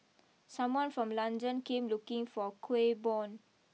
someone from London came looking for Kuih Bom